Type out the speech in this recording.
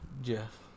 Jeff